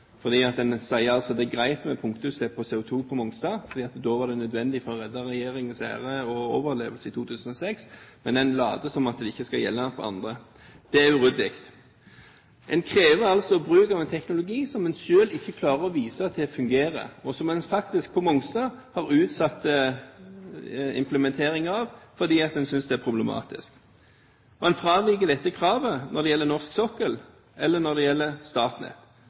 en sier at det er greit med punktutslipp på CO2 på Mongstad, for da var det nødvendig for å redde regjeringens ære og overlevelse i 2006, men en later som at det ikke skal gjelde for andre. Det er uryddig. En krever altså bruk av en teknologi som en selv ikke klarer å vise til at fungerer, og som en på Mongstad har utsatt implementering av fordi en synes at det er problematisk. Man fraviker dette kravet når det gjelder norsk sokkel, eller når det gjelder Statnett.